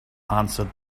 answered